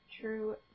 true